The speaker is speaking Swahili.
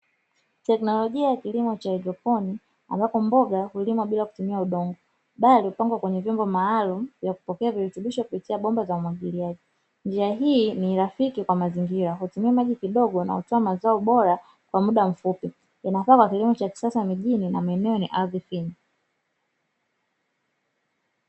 Teknolojia ya kilimo cha haidroponi ambapo mboga hulimwa bila kutumia udongo bali hupangwa kwenye vyombo maalumu vya kupokea virutubisho kupitia bomba za umwagiliaji. Njia hii ni rafiki kwa mazingira hutumia maji kidogo na hutoa mazao bora kwa muda mfupi yanafaa kwa kilimo cha kisasa mijini na maeneo yenye ardhi finyu.